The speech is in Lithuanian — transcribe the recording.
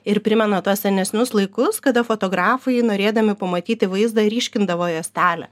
ir primena tuos senesnius laikus kada fotografai norėdami pamatyti vaizdą ryškindavo juostelę